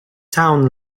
town